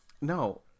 No